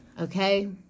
okay